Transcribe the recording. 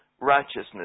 righteousness